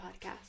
podcast